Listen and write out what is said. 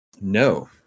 No